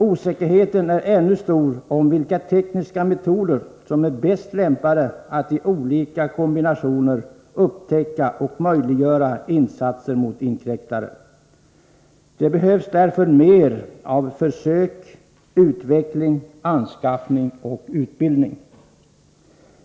Osäkerheten är ännu stor om vilka tekniska metoder som i olika kombinationer är bäst lämpade när det gäller att upptäcka inkräktare och möjliggöra insats mot sådana. Det behövs därför mer av försök, utveckling, anskaffning och utbildning.